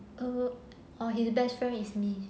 err or his best friend is me